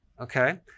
okay